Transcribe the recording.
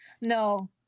no